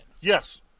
Yes